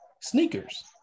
sneakers